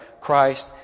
Christ